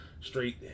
straight